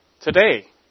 today